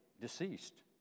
deceased